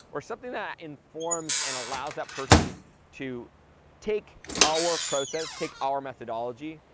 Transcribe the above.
or something that informs, and allows, that person to take our process, take our methodology,